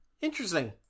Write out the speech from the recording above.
Interesting